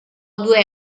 due